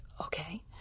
okay